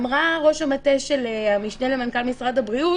אמרה ראש המטה של המשנה למנכ"ל משרד הבריאות